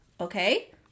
Okay